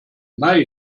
mai